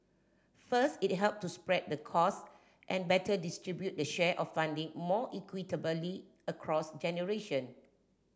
first it helps to spread the cost and better distribute the share of funding more equitably across generation